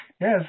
Yes